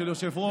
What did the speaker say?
של יושב-ראש,